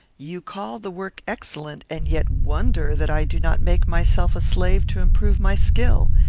you call the work excellent, and yet wonder that i do not make myself a slave to improve my skill!